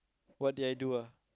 what did I do ah